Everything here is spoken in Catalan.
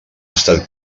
estat